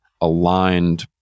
aligned